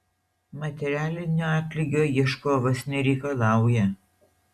materialinio atlygio ieškovas nereikalauja